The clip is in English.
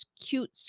cute